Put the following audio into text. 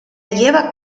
lleva